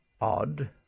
odd